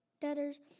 debtors